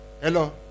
hello